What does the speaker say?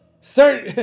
Start